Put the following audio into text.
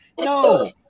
No